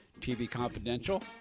tvconfidential